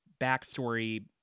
backstory